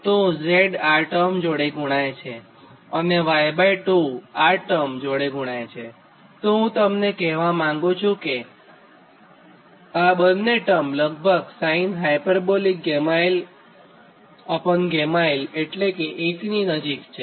તો Z આ term જોડે ગુણાય છે અને Y2 આ ટર્મ જોડે ગુણાય છેતો હું તમને એ કહેવા માંગુ છું કે આ બંને ટર્મ લગભગ sin hγl γl એટલે કે 1 ની નજીક છે